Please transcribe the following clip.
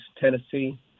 Tennessee